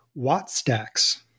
Wattstack's